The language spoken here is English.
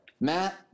Matt